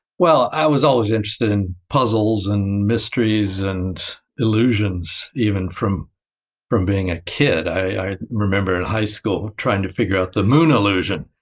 well, i was always interested in puzzles, and mysteries, and illusions. even from from being a kid, i remember in high school trying to figure out the moon illusion.